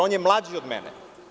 On je mlađi od mene.